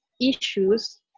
issues